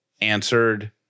answered